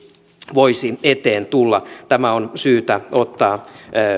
voisi eteen tulla tämä on syytä ottaa